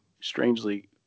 strangely